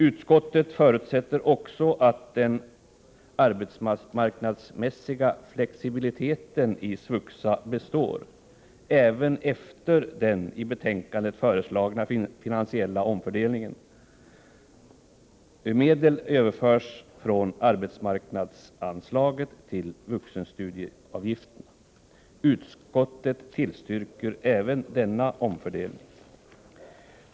Utskottet förutsätter också att den arbetsmarknadsmässiga flexibiliteten i SVUXA består även efter den i betänkandet föreslagna finansiella omfördelningen, som innebär att medel överförs från arbetsmarknadsanslaget till vuxenutbildningsavgifterna. Utskottet tillstyrker denna omfördelning.